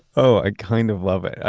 oh, i kind of love it.